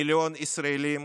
מיליון ישראלים